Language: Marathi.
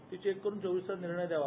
ती चेक करून चोवीस तासात निर्णय द्यावा